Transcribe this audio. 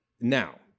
Now